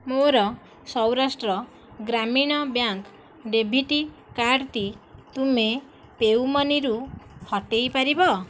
ମୋର ସୌରାଷ୍ଟ୍ର ଗ୍ରାମୀଣ bank debit କାର୍ଡ଼ଟି ତୁମେ ପେ ୟୁ ମନିରୁ ହଟାଇ ପାରିବ